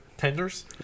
tenders